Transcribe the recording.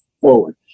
forward